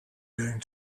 going